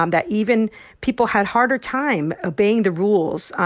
um that even people had harder time obeying the rules.